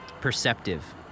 perceptive